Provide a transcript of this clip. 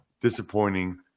disappointing